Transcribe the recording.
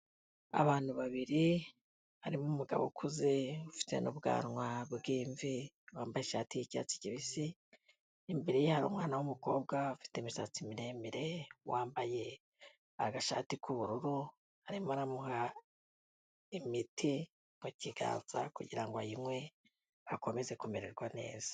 Abantu babiri harimo umugabo ukuze ufite n'ubwanwa bw'imvi wambaye ishati y'icyatsi kibisi, imbere ye hari umwana w'umukobwa ufite imisatsi miremire wambaye agashati k'ubururu, arimo aramuha imiti mukiganza kugira ngo ayinywe akomeze kumererwa neza.